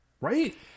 Right